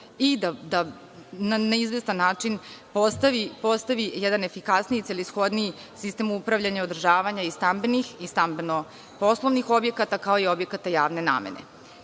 i da na izvestan način postavi jedan efikasniji i celishodniji sistem upravljanja i održavanje stambenih i stambeno poslovnih objekata, kao i objekata javne namene. Predlog